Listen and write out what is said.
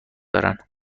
دارن